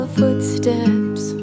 footsteps